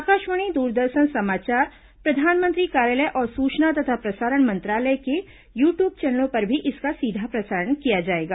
आकाशवाणी दूरदर्शन समाचार प्रधानमंत्री कार्यालय और सूचना तथा प्र सारण मंत्रालय के यू ट्यूब चैनलों पर भी इसका सीधा प्र सारण किया जाएगा